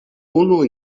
unu